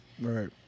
right